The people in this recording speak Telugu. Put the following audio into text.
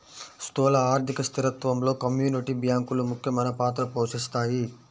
స్థూల ఆర్థిక స్థిరత్వంలో కమ్యూనిటీ బ్యాంకులు ముఖ్యమైన పాత్ర పోషిస్తాయి